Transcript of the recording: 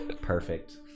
Perfect